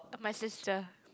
my sister